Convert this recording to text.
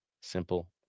Simple